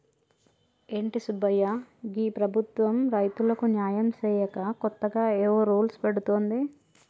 ఏంటి సుబ్బయ్య గీ ప్రభుత్వం రైతులకు న్యాయం సేయక కొత్తగా ఏవో రూల్స్ పెడుతోంది